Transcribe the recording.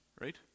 right